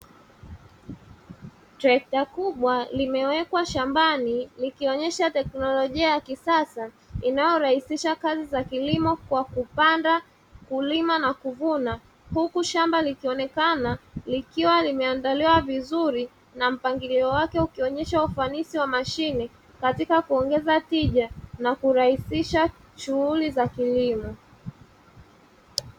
Trekta kubwa limewekwa shambani likionyesha teknolojia ya kisasa inayorahisisha kazi za kilimo kwa kupanda, kulima na kuvuna, huku shamba likionekana likiwa limeandaliwa vizuri na mpangilio wake ukionyesha ufanisi wa mashine katika kuongeza tija na kurahisisha shughuli za kilimo.